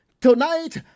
Tonight